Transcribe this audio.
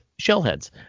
Shellheads